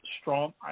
strong